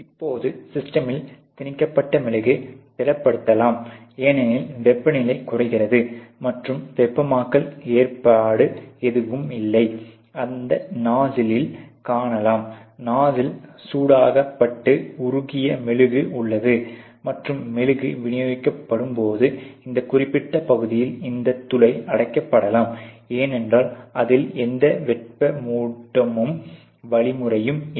இப்போது சிஸ்டமில் திணிக்கப்பட்ட மெழுகு திடப்படுத்தலாம் ஏனெனில் வெப்பநிலை குறைகிறது மற்றும் வெப்பமாக்கல் ஏற்பாடு எதுவும் இல்லை அதை இந்த நாஸ்சிலில் காணலாம் நாஸ்சில் சூடாக்கப்பட்டு உருகிய மெழுகு உள்ளது மற்றும் மெழுகு விநியோகிக்கப்படும் போது இந்த குறிப்பிட்ட பகுதியில் இந்த துளை அடைக்கப்படலாம் ஏனென்றால் அதில் எந்த வெப்பமூட்டும் வழிமுறையும் இல்லை